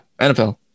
NFL